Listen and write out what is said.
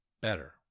better